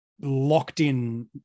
locked-in